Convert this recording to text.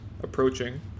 approaching